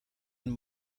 and